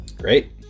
Great